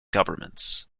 governments